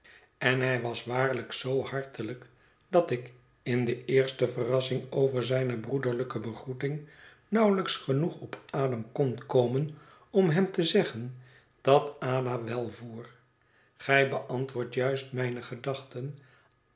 en hij was waarlijk zoo hartelijk dat ik in de eerste verrassing over zijne broederlijke begroeting nauwelijks genoeg op adem kon komen om hem te zeggen dat ada wel voer gij beantwoordt juist mijne gedachten